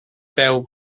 peu